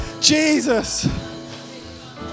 Jesus